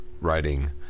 writing